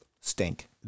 stink